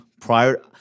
prior –